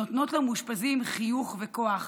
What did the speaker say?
הן נותנות למאושפזים חיוך וכוח,